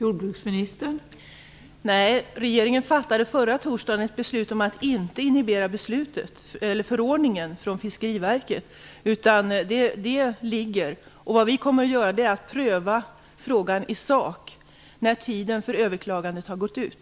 Fru talman! Nej, regeringen fattade förra torsdagen ett beslut om att inte inhibera förordningen från Fiskeriverket. Vi kommer att pröva frågan i sak när tiden för överklagandet har gått ut.